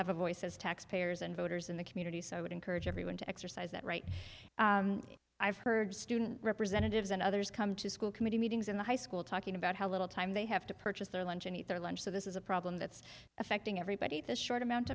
have a voice as taxpayers and voters in the community so i would encourage everyone to exercise that right i've heard student representatives and others come to school committee meetings in the high school talking about how little time they have to purchase their lunch and eat their lunch so this is a problem that's affecting everybody the short amount